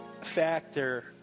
factor